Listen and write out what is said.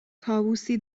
طاووسی